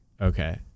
Okay